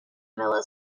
villa